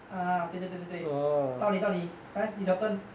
ah 对对对对对到你到你来 it's your turn